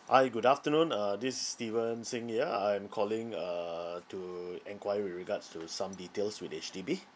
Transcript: hi good afternoon uh this is steven singh here I'm calling uh to enquire with regards to some details with H_D_B